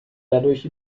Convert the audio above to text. dadurch